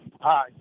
Hi